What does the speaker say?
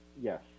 yes